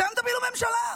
אתם תפילו ממשלה?